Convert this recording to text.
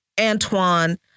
Antoine